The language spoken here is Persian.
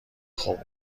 خوب